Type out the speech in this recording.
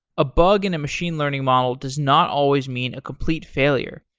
a bug in a machine learning model does not always mean a complete failure.